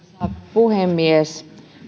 puhemies